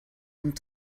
und